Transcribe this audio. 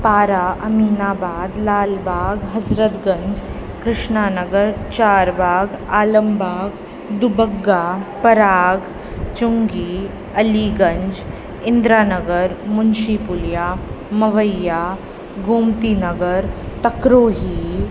पारा अमीनाबाद लालबाग हज़रतगंज कृष्नानगर चारबाग आलमबाग दुब्बगा पराग चुंगी अलीगंज इंद्रांनगर मुंशीपुलिया मवैया गोमतीनगर तकरोही